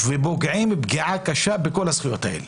ופוגעים פגיעה קשה בכל הזכויות האלה.